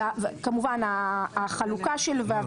נכון.